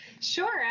Sure